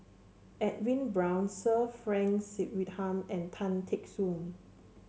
Edwin Brown Sir Frank Swettenham and Tan Teck Soon